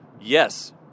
Yes